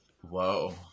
Whoa